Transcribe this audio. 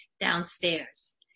downstairs